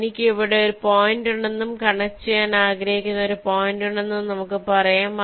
എനിക്ക് ഇവിടെ ഒരു പോയിന്റുണ്ടെന്നും കണക്റ്റുചെയ്യാൻ ആഗ്രഹിക്കുന്ന ഒരു പോയിന്റുണ്ടെന്നും നമുക്ക് പറയാം